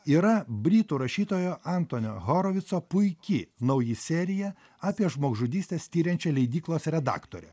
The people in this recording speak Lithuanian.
yra britų rašytojo antonio horovico visa puiki nauji serija apie žmogžudystės tiriančią leidyklos redaktorę